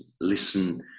listen